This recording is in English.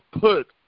Put